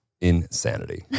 insanity